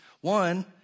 One